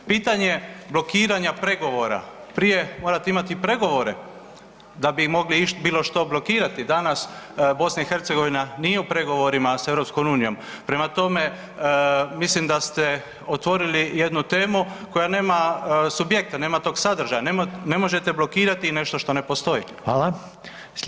Pitanje blokiranja pregovora, prije morate imati pregovore da bi mogli bilo što blokirati, danas BiH nije u pregovorima s EU, prema tome mislim da ste otvorili jednu temu koja nema subjekta, nema tog sadržaja, ne možete blokirati nešto ne postoji.